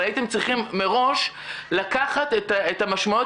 אבל הייתם צריכים מראש לקחת את המשמעויות